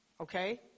okay